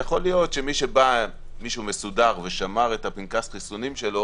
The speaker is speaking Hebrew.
יכול להיות שמי ששמר את פנקס החיסונים שלו